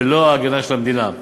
בלא ההגנה של המדינה.